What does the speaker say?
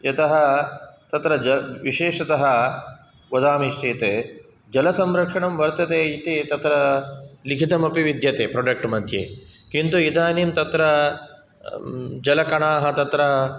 यतः तत्र विशेषतः वदामि चेत् जलसंरक्षणं वर्तते इति तत्र लिखितमपि विद्यते प्रोडक्ट् मध्ये किन्तु इदानीं तत्र जल कणाः तत्र